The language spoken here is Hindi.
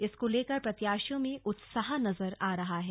इसको लेकर प्रत्याशियों में उत्साह नजर आ रहा है